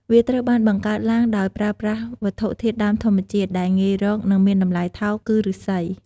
វាត្រូវបានបង្កើតឡើងដោយប្រើប្រាស់វត្ថុធាតុដើមធម្មជាតិ ដែលងាយរក និងមានតម្លៃថោក គឺឬស្សី។